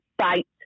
fight